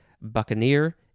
buccaneer